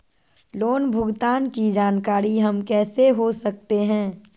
Loan भुगतान की जानकारी हम कैसे हो सकते हैं?